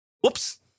whoops